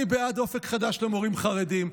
אני בעד אופק חדש למורים חרדים.